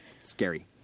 Scary